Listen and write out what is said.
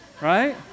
right